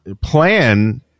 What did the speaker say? plan